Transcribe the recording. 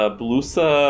blusa